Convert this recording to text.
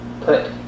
put